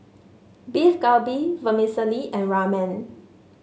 Beef Galbi Vermicelli and Ramen